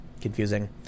confusing